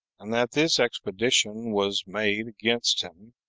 and that this expedition was made against him,